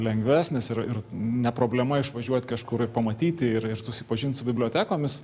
lengvesnis ir ir ne problema išvažiuot kažkur ir pamatyti ir ir susipažint su bibliotekomis